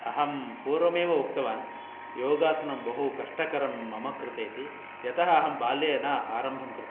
अहं पूर्वमेव उक्तवान् योगासनं बहु कष्टकरं मम कृते इति यतः अहं बाल्ये न आरम्भं कृतवान्